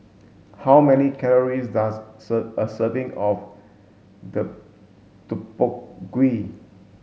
how many calories does a serving of Deodeok Gui